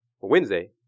Wednesday